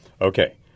Okay